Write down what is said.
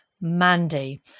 Mandy